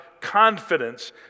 confidence